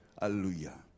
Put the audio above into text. Hallelujah